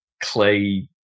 clay